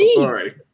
Sorry